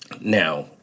Now